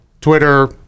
Twitter